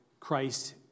Christ